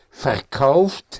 verkauft